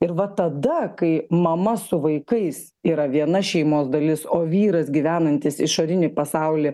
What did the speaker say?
ir va tada kai mama su vaikais yra viena šeimos dalis o vyras gyvenantis išorinį pasaulį